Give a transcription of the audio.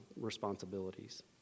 responsibilities